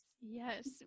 Yes